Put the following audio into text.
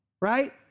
right